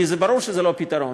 כי ברור שזה לא פתרון.